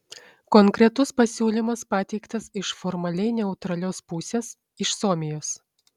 konkretus pasiūlymas pateiktas iš formaliai neutralios pusės iš suomijos